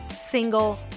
single